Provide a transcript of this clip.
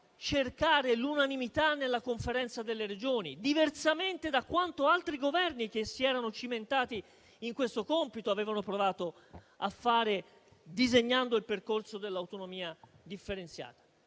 cercare l'unanimità nella Conferenza delle Regioni, diversamente da quanto altri Governi che si erano cimentati in questo compito avevano provato a fare, disegnando il percorso dell'autonomia differenziata.